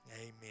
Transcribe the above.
Amen